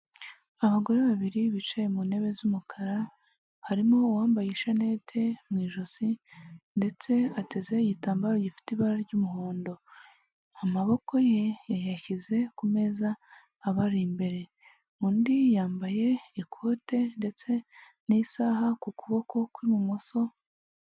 Abagore babiri bicaye mu ntebe z'umukara, harimo uwambaye ishanete mu ijosi, ndetse atezeho igitambaro gifite ibara ry'umuhondo, amaboko ye yayashyize ku meza abari imbere, undi yambaye ikote ndetse n'isaha ku kuboko kw'ibumoso.